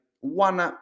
one